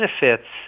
benefits